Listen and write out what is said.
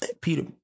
Peter